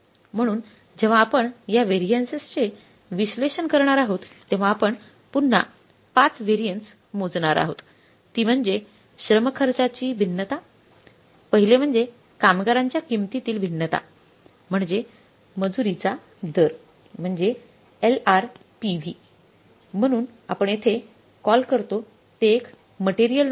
म्हणून जेव्हा आपण या व्हॅरियन्सचे विश्लेषण करणार आहोत तेव्हा आपण पुन्हा 5 व्हॅरियन्स मोजणार आहोत ती म्हणजे श्रम खर्चाचे भिन्नता पहिले म्हणजे कामगारांच्या किंमतीतील भिन्नता म्हणजे मजुरीचा दर म्हणजे एलआरपीव्ही म्हणून आपण येथे कॉल करतो ते एक मटेरियल नाही